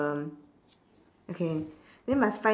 um okay then must find